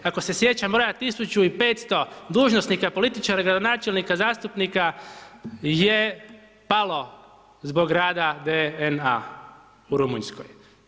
Ako se sjećam broja, 1500 dužnosnika, političara i gradonačelnika, zastupnika je palo zbog rada DNA u Rumunjskoj.